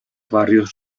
barrios